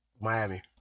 Miami